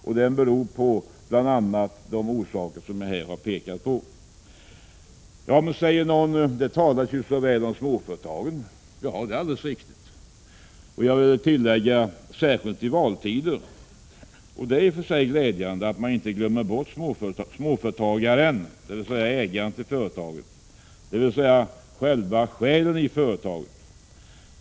Den oron beror bl.a. på de orsaker som jag har pekat på här. Ja men, säger någon, det talas ju väl om småföretagen. Det är alldeles riktigt. Och jag vill tillägga att det gäller särskilt i valtider. Det är i och för sig glädjande, men man glömmer bort småföretagaren, ägaren till företaget, dvs. själen i företaget.